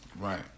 Right